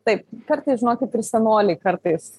taip kartais žinokit ir senoliai kartais